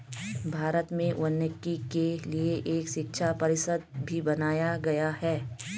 भारत में वानिकी के लिए एक शिक्षा परिषद भी बनाया गया है